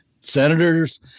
Senators